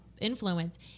influence